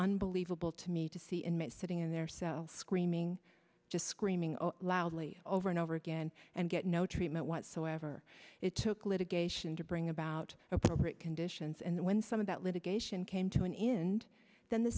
unbelievable to me to see inmates sitting in their cell screaming just screaming loudly over and over again and get no treatment whatsoever it took litigation to bring about appropriate conditions and when some of that litigation came to an end then the